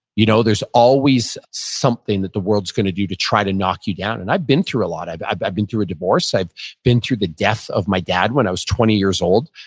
you know, there's always something that the world's going to do to try to knock you down and i've been through a lot. i've i've been through a divorce. i've been through the death of my dad when i was twenty years old.